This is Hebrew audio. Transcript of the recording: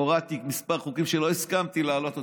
הורדתי כמה חוקים שלא הסכמתי להעלות.